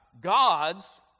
gods